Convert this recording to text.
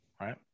right